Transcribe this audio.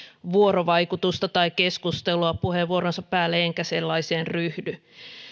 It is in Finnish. vuorovaikutusta tai keskustelua puheenvuoronsa päälle enkä sellaiseen ryhdy